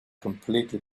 completely